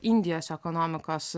indijos ekonomikos